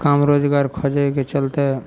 काम रोजगार खोजयके चलते